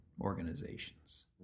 Organizations